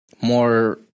More